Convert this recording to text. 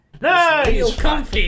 Nice